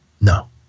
No